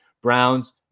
Browns